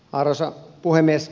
arvoisa puhemies